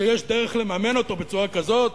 שיש דרך לממן אותו בצורה כזאת,